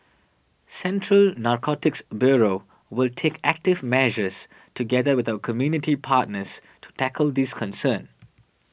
Central Narcotics Bureau will take active measures together with our community partners to tackle this concern